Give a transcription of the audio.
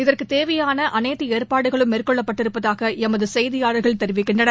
இதற்கு தேவையான அனைத்து ஏற்பாடுகளும் மேற்கொள்ளப்பட்டிருப்பதாக எமது செய்தியாளர்கள் தெரிவிக்கின்றனர்